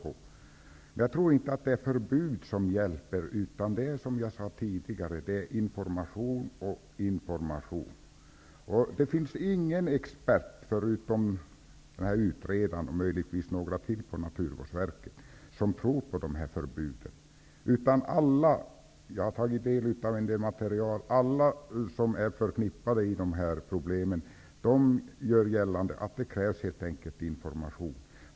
Jag tror inte att det hjälper med förbud, utan vad som behövs är information. Det finns ingen expert, förutom utredarna och möjligtvis några på Naturvårdsverket, som tror på förbud. Alla som är insatta i de här problemen gör gällande att det helt enkelt är information som krävs.